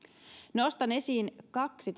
nostan esiin kaksi